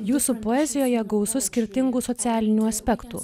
jūsų poezijoje gausu skirtingų socialinių aspektų